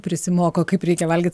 prisimoko kaip reikia valgyt